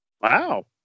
Wow